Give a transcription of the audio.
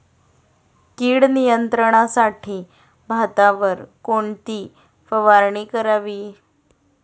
कीड नियंत्रणासाठी भातावर कोणती फवारणी करावी?